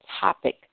topic